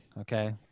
Okay